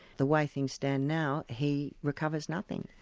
the way things stand now, he recovers nothing.